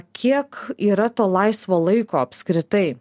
kiek yra to laisvo laiko apskritai